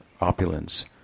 opulence